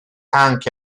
anche